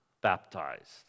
baptized